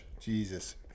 Jesus